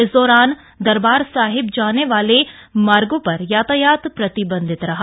इस दौरान दरबार साहिब जाने वाले मार्गो पर यातायात प्रतिबंधित रहा